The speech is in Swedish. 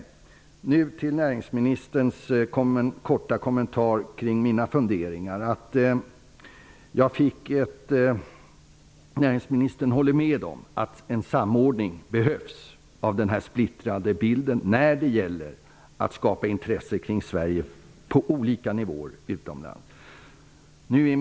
Så till näringsministerns korta kommentar om mina funderingar: Näringsministern håller med om att en samordning behövs när det gäller att skapa intresse för Sverige på olika nivåer utomlands.